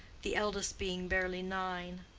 the eldest being barely nine.